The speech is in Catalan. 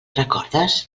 recordes